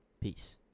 Peace